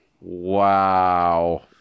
Wow